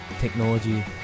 technology